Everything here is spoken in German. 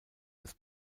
des